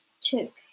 took